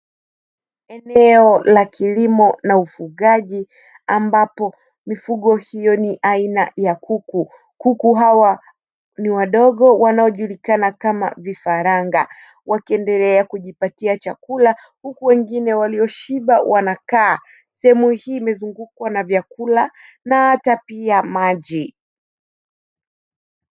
Eneo la kilimo na ufugaji, ambapo mifugo hiyo ni aina ya kuku. Kuku hawa ni wadogo wanaojulikana kama vifaranga, wakiendelea kujipatia chakula, huku wengine walioshiba wanakaa. Sehemu hii imezungukwa na vyakula na hata pia maji.